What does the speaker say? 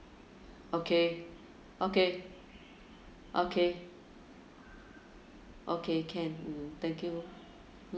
okay okay okay okay can mm thank you